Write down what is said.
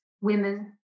women